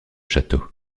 château